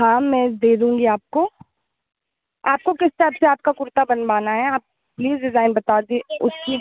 हाँ मैं दे दूँगी आपको आपको किस टाइप से आपका कुर्ता बनवाना है आप प्लीज़ डिज़ाइन बता दें उसकी